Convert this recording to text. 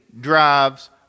drives